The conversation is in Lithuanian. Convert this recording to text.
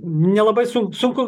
nelabai su sunku